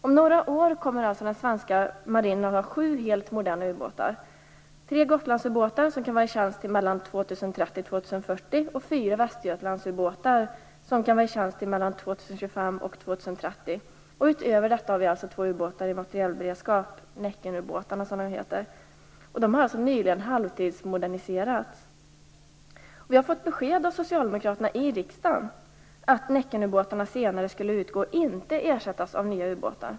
Om några år kommer alltså den svenska marinen att ha sju helt moderna ubåtar: tre Gotlandsutbåtar, som kan vara i tjänst mellan 2030 och 2040 och fyra 2025 och 2030. Utöver dessa har vi två ubåtar i materielberedskap: Näckenubåtarna. De har alltså nyligen halvtidsmorderniserats. Vi har fått besked av Socialdemokraterna här i riksdagen om att Näckenubåtarna senare skulle utgå och inte ersättas av nya ubåtar.